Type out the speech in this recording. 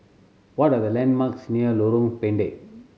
what are the landmarks near Lorong Pendek